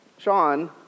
Sean